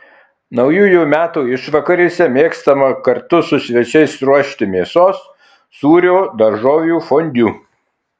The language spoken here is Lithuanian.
naujųjų metų išvakarėse mėgstama kartu su svečiais ruošti mėsos sūrio daržovių fondiu